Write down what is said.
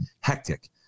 hectic